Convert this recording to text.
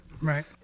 Right